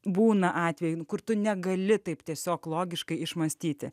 būna atvejų kur tu negali taip tiesiog logiškai išmąstyti